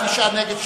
נגד,